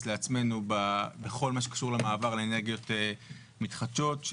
לעצמנו בכל מה שקשור למעבר לאנרגיות מתחדשות,